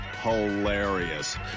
hilarious